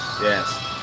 Yes